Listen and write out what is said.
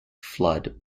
flood